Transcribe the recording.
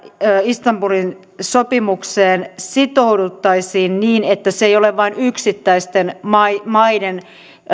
istanbulin sopimukseen sitouduttaisiin niin että se ei ole niin sanotusti vain yksittäisten maiden maiden